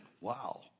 wow